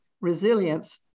resilience